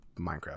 minecraft